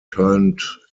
turned